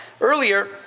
earlier